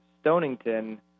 Stonington